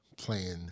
playing